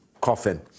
coffin